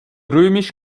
römisch